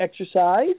exercise